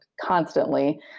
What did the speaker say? constantly